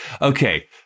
Okay